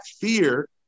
fear